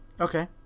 Okay